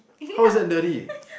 how is that nerdy